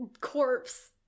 corpse